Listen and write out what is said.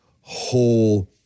whole